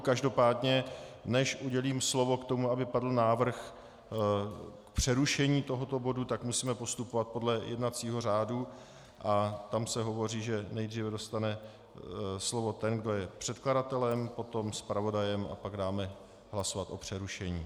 Každopádně než udělím slovo k tomu, aby padl návrh k přerušení tohoto bodu, tak musíme postupovat podle jednacího řádu a tam se hovoří, že nejdříve dostane slovo ten, kdo je předkladatelem, potom zpravodajem a pak dáme hlasovat o přerušení.